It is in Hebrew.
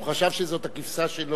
הוא חשב שזאת הכבשה שלו.